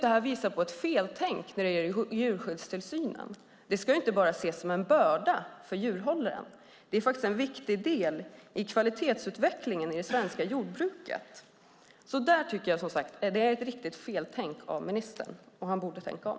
Det visar på ett feltänk när det gäller djurskyddstillsynen. Den ska inte bara ses som en börda för djurhållaren, utan den är faktiskt en viktig del i kvalitetsutvecklingen i det svenska jordbruket. Jag tycker att det är riktigt feltänk av ministern. Han borde tänka om.